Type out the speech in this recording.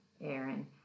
Aaron